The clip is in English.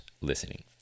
listening